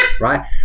right